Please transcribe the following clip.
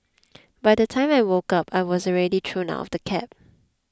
by the time I woke up I was already thrown out of the cab